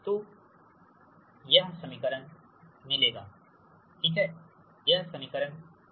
तो VS IS 1ZY2 Z Y 1ZY4 1ZY2 VR यह समीकरण 18 है